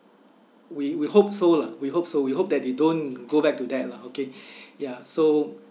we we hope so lah we hope so we hope that they don't go back to that lah okay ya so